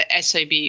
sab